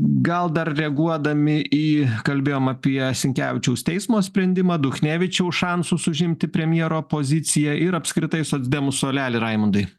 gal dar reaguodami į kalbėjom apie sinkevičiaus teismo sprendimą duchnevičiaus šansus užimti premjero poziciją ir apskritai socdemų suolelį raimundai